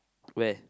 where